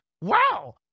wow